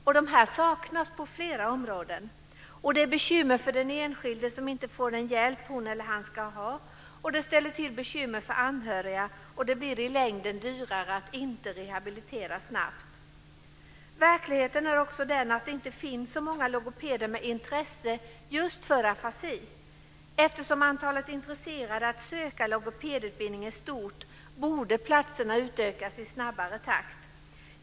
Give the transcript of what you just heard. Logopeder saknas på flera områden. Det är ett bekymmer för den enskilde som inte får den hjälp hon eller han ska ha, och det ställer till besvärligheter för anhöriga. Det blir i längden dyrare att inte rehabilitera snabbt. Verkligheten är också den att det inte finns så många logopeder med intresse just för afasi. Eftersom intresset för att söka logopedutbildning är stort borde antalet platser utökas i snabbare takt.